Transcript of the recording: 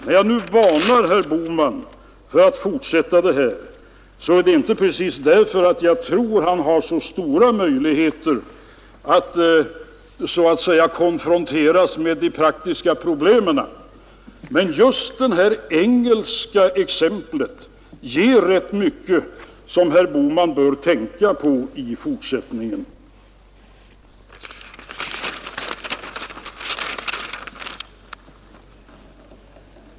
När jag nu varnar herr Bohman från att fortsätta med detta tal så är det inte precis därför att jag tror att han har så stora möjligheter att konfronteras med de praktiska problemen. Men just detta engelska exempel ger rätt mycket som herr Bohman bör tänka på i fortsättningen.